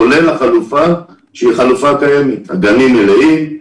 כולל החלופה הקיימת: גנים מלאים,